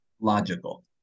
logical